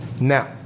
Now